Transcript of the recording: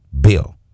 bill